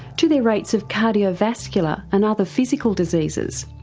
to their rates of cardiovascular and other physical diseases.